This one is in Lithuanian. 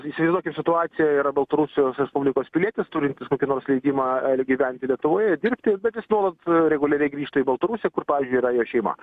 įsivaizduokit situaciją yra baltarusijos respublikos pilietis turintis kokį nors leidimą gyventi lietuvoje dirbti bet jis nuolat reguliariai grįžta į baltarusiją kur pavyzdžiui yra jo šeima